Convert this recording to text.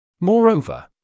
Moreover